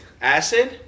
Acid